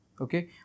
Okay